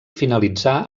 finalitzà